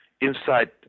inside